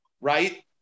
right